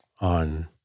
on